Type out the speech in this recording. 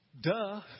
Duh